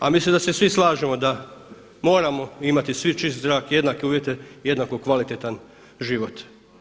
A mislim da se svi slažemo da moramo imati svi čisti zrak i jednake uvjete i jednako kvalitetan život.